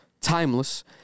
Timeless